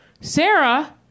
Sarah